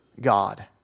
God